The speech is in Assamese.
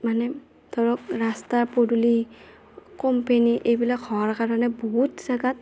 মানে ধৰক ৰাস্তা পদুলি কোম্পেনী এইবিলাক হোৱাৰ কাৰণে বহুত জাগাত